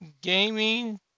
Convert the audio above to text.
gaming